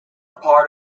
part